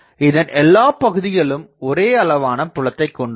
இதன் எல்லாப் பகுதிகளும் ஒரே அளவான புலத்தைக் கொண்டுள்ளன